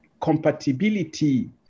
compatibility